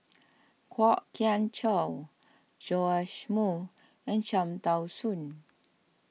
Kwok Kian Chow Joash Moo and Cham Tao Soon